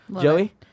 Joey